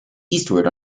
eastward